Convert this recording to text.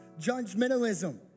judgmentalism